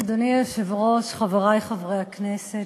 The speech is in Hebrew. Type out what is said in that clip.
אדוני היושב-ראש, חברי חברי הכנסת,